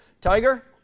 Tiger